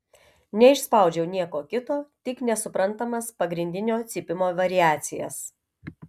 neišspaudžiau nieko kito tik nesuprantamas pagrindinio cypimo variacijas